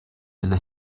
and